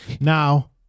Now